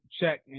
check